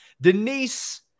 denise